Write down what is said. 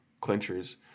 clinchers